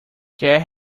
quer